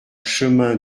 chemin